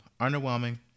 underwhelming